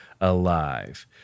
alive